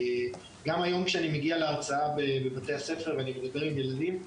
גם כיום כשאני מגיע להרצאה בבתי הספר ואני מדבר עם ילדים,